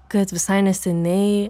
kad visai neseniai